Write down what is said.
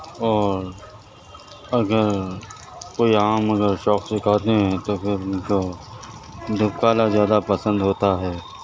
اور اگر کوئی آم اگر شوق سے کھاتے ہیں تو پھر ان کو جھپکا والا زیادہ پسند ہوتا ہے